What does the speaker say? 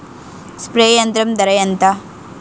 Spray యంత్రం ధర ఏంతా?